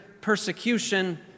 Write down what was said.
persecution